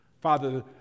Father